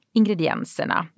ingredienserna